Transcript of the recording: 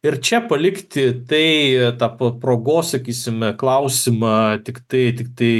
ir čia palikti tai tą po progos sakysime klausimą tiktai tiktai